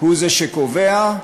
הוא שקובע,